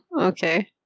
Okay